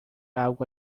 algo